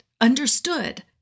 understood